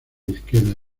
izquierda